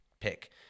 pick